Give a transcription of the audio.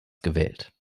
gewählt